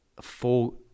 full